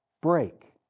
break